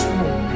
more